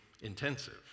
intensive